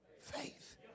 faith